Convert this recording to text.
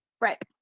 Right